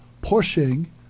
pushing